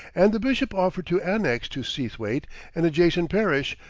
and the bishop offered to annex to seathwaite an adjacent parish,